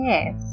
Yes